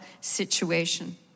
situation